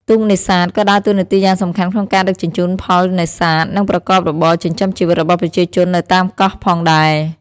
ទូកនេសាទក៏ដើរតួនាទីយ៉ាងសំខាន់ក្នុងការដឹកជញ្ជូនផលនេសាទ និងប្រកបរបរចិញ្ចឹមជីវិតរបស់ប្រជាជននៅតាមកោះផងដែរ។